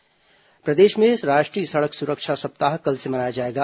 सड़क सुरक्षा सप्ताह प्रदेश में राष्ट्रीय सड़क सुरक्षा सप्ताह कल से मनाया जाएगा